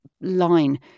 line